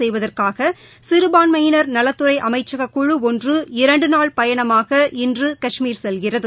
செய்வதற்காக சிறுபான்மையினர் நலத்துறை அமைச்சக குழு ஒன்று இரண்டு நாள் பயணமாக இன்று காஷ்மீர் செல்கிறது